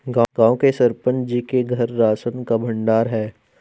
गांव के सरपंच जी के घर राशन का भंडार है